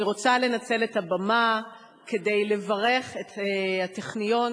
אני רוצה לנצל את הבמה כדי לברך את הטכניון